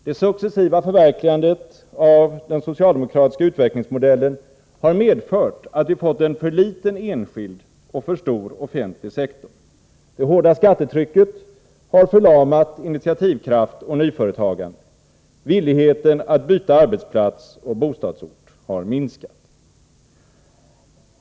Det successiva förverkligandet av den socialdemokratiska utvecklingsmodellen har medfört att vi har fått en för liten enskild och en för stor offentlig sektor. Det hårda skattetrycket har förlamat initiativkraft och nyföretagande. Villigheten att byta arbetsplats och bostadsort har minskat.